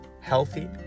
healthy